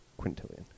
quintillion